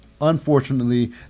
Unfortunately